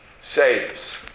saves